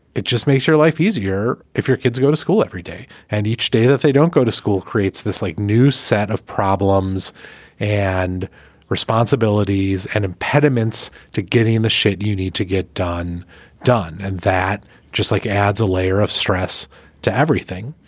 it just makes your life easier if your kids go to school every day and each day that they don't go to school creates this like new set of problems and responsibilities and impediments to getting the shape you need to get done done. and that just like adds a layer of stress to everything.